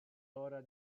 ora